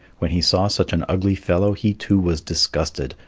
when he saw such an ugly fellow, he too was disgusted,